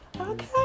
okay